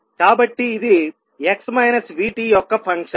కాబట్టి ఇది x v t యొక్క ఫంక్షన్